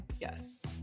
Yes